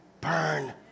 burn